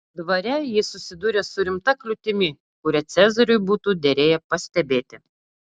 dvare ji susidūrė su rimta kliūtimi kurią cezariui būtų derėję pastebėti